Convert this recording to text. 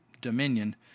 Dominion